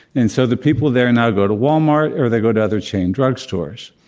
and so, the people there now go to walmart or they go to other chain drug stores.